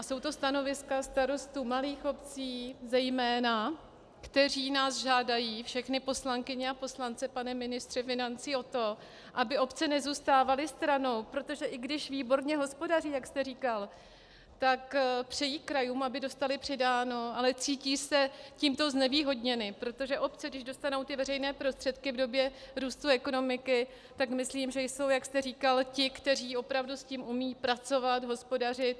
Jsou to stanoviska starostů malých obcí zejména, kteří nás žádají, všechny poslankyně a poslance, pane ministře financí, o to, aby obce nezůstávaly stranou, protože i když výborně hospodaří, jak jste říkal, tak přejí krajům, aby dostaly přidáno, ale cítí se tímto znevýhodněny, protože obce, když dostanou veřejné prostředky v době růstu ekonomiky, tak myslím, že jsou, jak jste říkal, ti, kteří opravdu s tím umí pracovat, hospodařit.